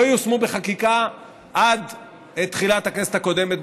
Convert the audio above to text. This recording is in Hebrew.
לא יושמו בחקיקה עד תחילת הכנסת הקודמת,